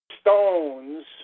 stones